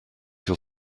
your